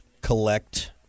collect